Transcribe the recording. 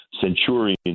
Centurion